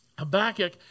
Habakkuk